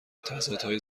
تضادهای